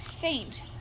faint